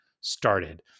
started